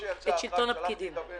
אתה לא תגיד אותו רק לפרוטוקול.